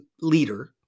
leader